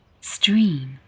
stream